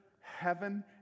heaven